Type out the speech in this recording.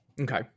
Okay